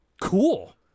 cool